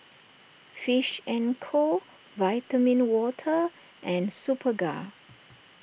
Fish and Co Vitamin Water and Superga